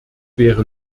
wäre